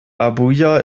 abuja